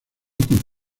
con